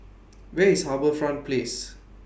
Where IS HarbourFront Place